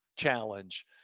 challenge